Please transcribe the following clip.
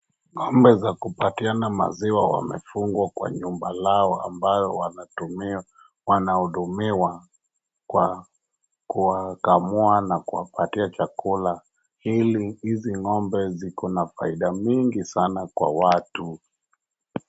Ngombe za kupatiana maziwa wamefungwa kwa nyumba lao ambayo wanatumia, wanahudumiwa kwa kuwakamua na kuwapatia chakula ili hizi ngombe zikona faida mingi sana kwa watu.